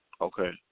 Okay